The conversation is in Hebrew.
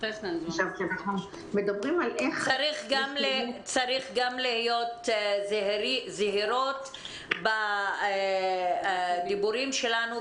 צריך להיות גם זהירות בדיבורים שלנו,